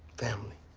family.